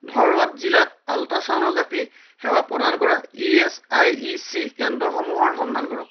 ধৰৱাদ জিলাত ultra sonography সেৱা প্ৰদান কৰা ই এছ আই ই চি কেন্দ্ৰসমূহৰ সন্ধান কৰক